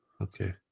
Okay